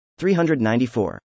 394